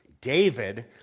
David